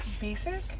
basic